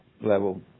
level